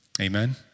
Amen